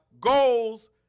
goals